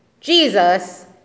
Jesus